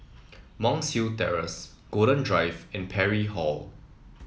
Monk's Hill Terrace Golden Drive and Parry Hall